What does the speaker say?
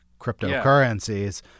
cryptocurrencies